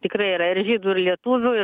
tikrai yra ir žydų ir lietuvių ir